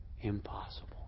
impossible